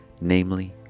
Namely